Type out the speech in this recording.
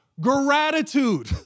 Gratitude